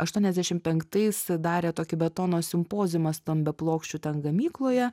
aštuoniasdešim penktais darė tokį betono simpoziumą stambiaplokščių ten gamykloje